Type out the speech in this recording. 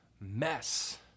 mess